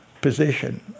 position